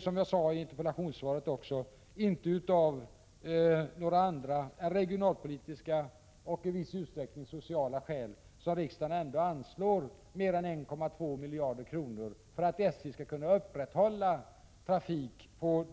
Som jag sade i interpellationssvaret är det inte av några andra än regionalpolitiska — och i viss utsträckning sociala — skäl som riksdagen ändå anslår mer än 1,2 miljarder kronor för att SJ skall kunna upprätthålla trafik på